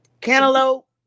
Cantaloupe